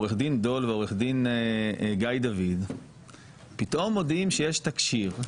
עורך דין דול ועורך דין גיא דוד פתאום מודיעים שיש תקשי"ר.